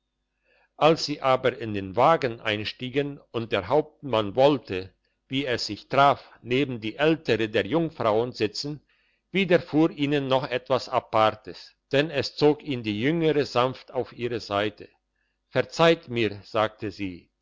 als sie aber in den wagen einstiegen und der hauptmann wollte wie es sich traf neben die ältere der jungfrauen sitzen widerfuhr ihnen noch etwas apartes denn es zog ihn die jüngere sanft auf ihre seite verzeiht mir sagte sie